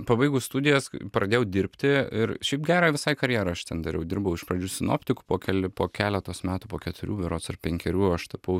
pabaigus studijas pradėjau dirbti ir šiaip gerą visai karjerą aš ten dariau dirbau iš pradžių sinoptiku po kelių po keletos metų po keturių berods ar penkerių aš tapau